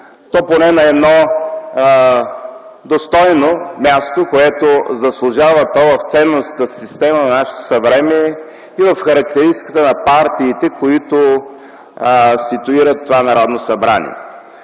- на едно достойно място, което заслужава то в ценностната система на нашето съвремие и в характеристиката на партиите, които ситуира това Народно събрание.